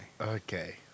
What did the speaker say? Okay